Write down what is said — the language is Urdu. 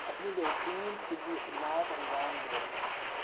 اپنی بہترین طبعی خدمات انجام دے رہے ہیں